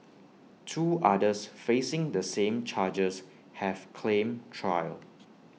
two others facing the same charges have claimed trial